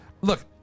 look